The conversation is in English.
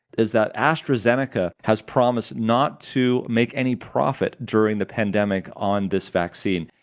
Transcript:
is that astrazeneca has promised not to make any profit during the pandemic on this vaccine.